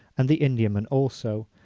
and the indiaman also,